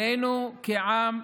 עלינו כעם,